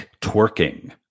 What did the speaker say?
twerking